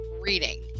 reading